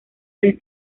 del